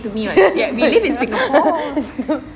to me [what] we live in singapore